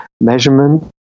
measurement